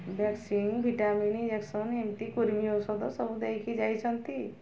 vaccine vitamin injection ଏମିତି କୃର୍ମି ଔଷଧ ସବୁ ଦେଇକି ଯାଇଛନ୍ତି